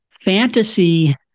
fantasy